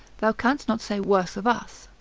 thou canst not say worse of us.